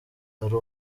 ari